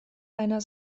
einer